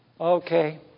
Okay